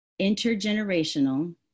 Intergenerational